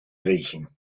riechen